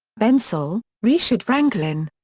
bensel, richard franklin.